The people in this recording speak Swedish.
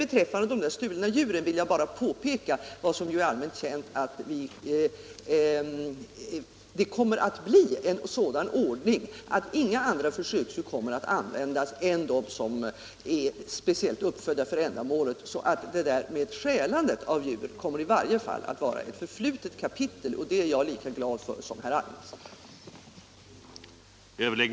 Beträffande de stulna djuren vill jag bara påpeka vad som ju är allmänt känt, att det kommer att bli en sådan ordning att inga andra djur kommer att användas än de som är speciellt uppfödda för ändamålet. Det där med stjälandet av djur kommer i varje fall att vara ett förflutet kapitel, och det är jag lika glad för som herr Nilsson i Agnäs.